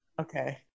Okay